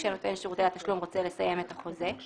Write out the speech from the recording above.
כשנותן שירותי התשלום רוצה לסיים את החוזה.